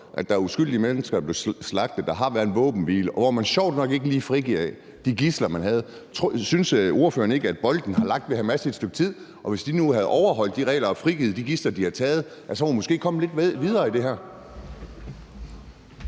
at der er uskyldige mennesker, der blev slagtet. Der har været en våbenhvile, hvor man sjovt nok ikke lige frigav de gidsler, man havde. Synes ordføreren ikke, at bolden har ligget ved Hamas i et stykke tid, og at hvis de nu havde overholdt de regler og frigivet de gidsler, de har taget, var man måske kommet lidt videre i det her?